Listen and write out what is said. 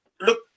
look